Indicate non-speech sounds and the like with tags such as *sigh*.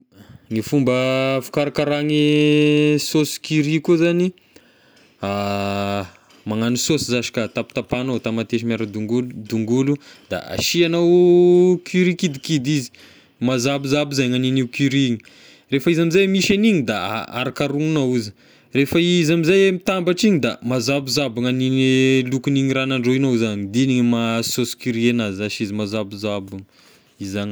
Gne fomba fikarakara ny sôsy curry koa zagny *hesitation* magnano sôsy zashy ka tapatapahagnao tamatesy miara dongolo dongolo da asiagnao curry kidikidy izy, mazabozabo zay gn'anine curry igny, rehefa izy amizay misy an'igny da a- arokaromignao izy, rehefa izy amizay mitambatra igny da mazabozabo ny an'igny lokony igny raha nandrahoignao igny zagny de igny maha sôsy curry anazy zashy izy mazabozabo izagny.